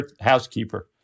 housekeeper